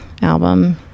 album